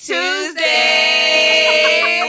Tuesday